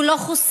הוא לא חושף